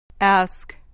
Ask